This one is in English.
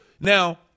Now